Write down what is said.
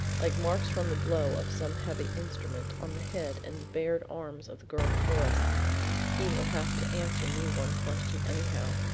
like marks from the blow of some heavy instrument on the head and bared arms of the girl before us he will have to answer me one question anyhow,